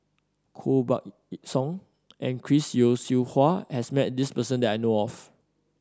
Koh Buck Song and Chris Yeo Siew Hua has met this person that I know of